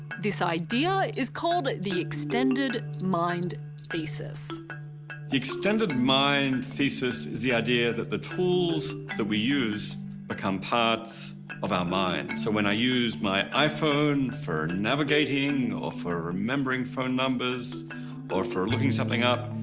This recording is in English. this idea is called the extended mind thesis. the extended mind thesis is the idea that the tools that we use become parts of our mind. so when i used my iphone for navigating or for remembering phone numbers or for looking something up,